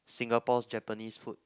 Singapore's Japanese food